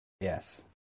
Yes